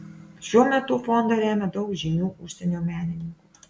šiuo metu fondą remia daug žymių užsienio menininkų